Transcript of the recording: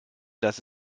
dass